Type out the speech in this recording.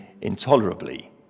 intolerably